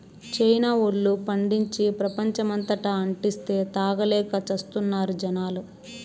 China వోల్లు పండించి, ప్రపంచమంతటా అంటిస్తే, తాగలేక చస్తున్నారు జనాలు